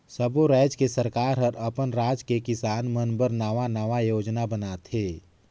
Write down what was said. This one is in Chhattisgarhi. सब्बो रायज के सरकार हर अपन राज के किसान मन बर नांवा नांवा योजना बनाथे